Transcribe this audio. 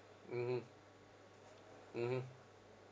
mmhmm mmhmm